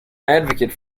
advocate